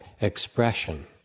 expression